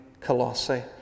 Colossae